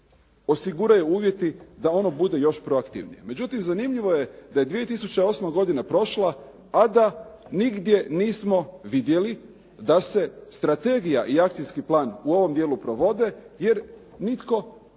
osiguraju uvjeti da ono bude još proaktivnije. Međutim, zanimljivo je da je 2008. godina prošla, a da nigdje nismo vidjeli da se strategija i akcijski plan u ovom dijelu provode jer nitko, a tko